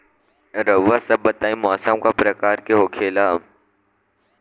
रउआ सभ बताई मौसम क प्रकार के होखेला?